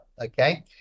Okay